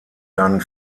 dann